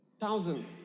thousand